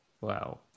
Wow